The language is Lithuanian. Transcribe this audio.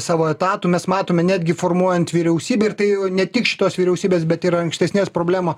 savo etatų mes matome netgi formuojant vyriausybę ir tai ne tik šitos vyriausybės bet yra ankstesnės problema